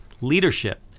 leadership